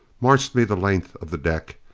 marched me the length of the deck,